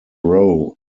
row